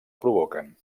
provoquen